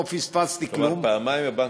לא פספסתי כלום.